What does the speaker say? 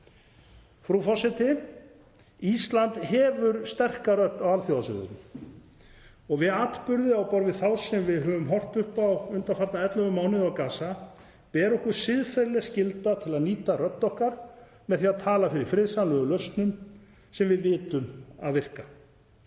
Frú forseti. Ísland hefur sterka rödd á alþjóðasviðinu. Við atburði á borð við þá sem við höfum horft upp á undanfarna 11 mánuði á Gaza ber okkur siðferðileg skylda til að nýta rödd okkar með því að tala fyrir friðsamlegum lausnum sem við vitum að virka.